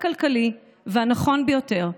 הכלכלי והנכון ביותר,